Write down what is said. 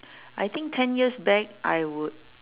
I think ten years back I would